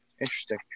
interesting